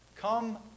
come